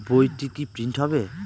বইটা কি প্রিন্ট হবে?